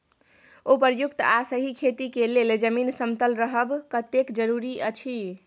उपयुक्त आ सही खेती के लेल जमीन समतल रहब कतेक जरूरी अछि?